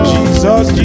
Jesus